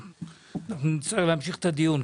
אנחנו נצטרך להמשיך את הדיון.